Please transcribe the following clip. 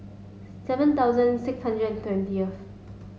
seven thousand six hundred and twentieth